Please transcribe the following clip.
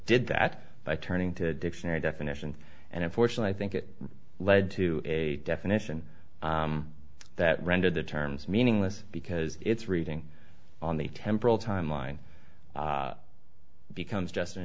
did that by turning to a dictionary definition and unfortunately i think it led to a definition that rendered the terms meaningless because it's reading on the temporal timeline becomes just